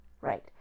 Right